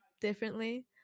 differently